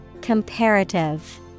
Comparative